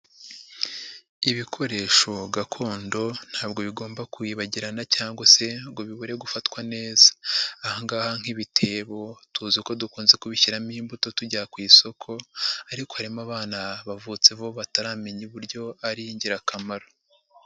Ibikoresho gakondo ntabwo bigomba kuyibagirana cyangwa se ngo bibure gufatwa neza, ahangaha nk'ibitebo tuzi ko dukunze kubishyiramo imbuto tujya ku isoko, ariko harimo abana bavutseho bataramenya uburyo ari ingirakamaro.